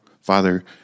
Father